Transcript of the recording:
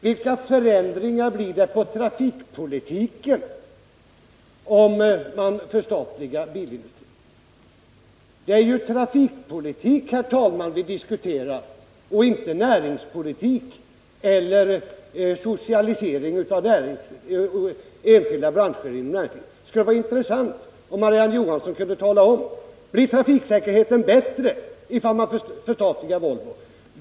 Vilka förändringar blir det på trafikpolitikens område om man förstatligar bilindustrin? Det är ju trafikpolitik, herr talman, som vi diskuterar och inte socialisering av enskilda branscher inom näringslivet. Det skulle vara intressant om Mari-Ann Johansson kunde ge ett svar. Blir trafiksäkerheten bättre ifall vi förstatligar Volvo?